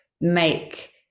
make